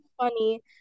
funny